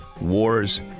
wars